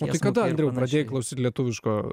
o tai kada andriau pradėjai klausyt lietuviško